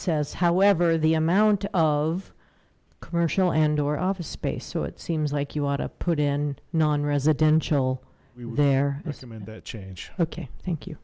says however the amount of commercial and or office space so it seems like you ought to put in non residential there that change okay thank you